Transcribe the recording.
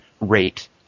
rate